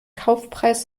kaufpreis